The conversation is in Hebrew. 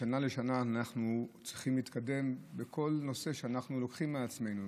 משנה לשנה אנחנו צריכים להתקדם בכל נושא שאנחנו לוקחים לעצמנו.